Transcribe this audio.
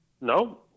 No